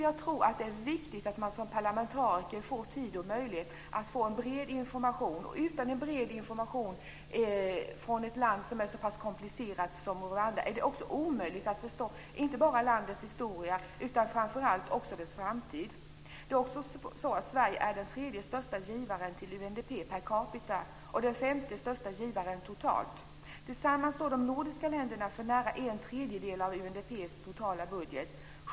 Jag tror att det är viktigt att som parlamentariker få tid och möjlighet att få bred information. Utan bred information från ett så pass komplicerat land som Rwanda är det omöjligt att förstå inte bara landets historia utan framför allt också dess framtid. Sverige är den tredje största givaren till UNDP per capita och den femte största givaren totalt. Tillsammans står de nordiska länderna för nära en tredjedel av UNDP:s totala budget.